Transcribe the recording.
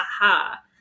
aha